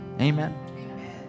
Amen